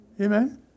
Amen